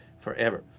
forever